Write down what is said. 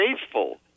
faithful